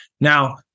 Now